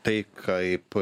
tai kaip